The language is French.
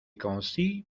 conçu